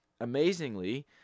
Amazingly